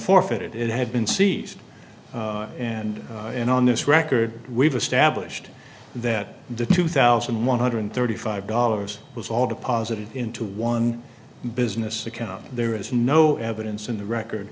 forfeited it had been seized and in on this record we've established that the two thousand one hundred thirty five dollars was all deposited into one business account there is no evidence in the record